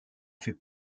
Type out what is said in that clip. fait